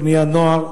גם בני-הנוער.